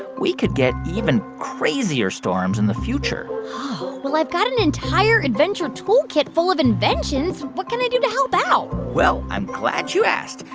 we could get even crazier storms in the future oh. well, i've got an entire adventure tool kit full of inventions. what can i do to help out? well, i'm glad you asked.